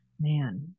Man